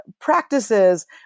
practices